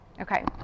Okay